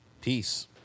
Peace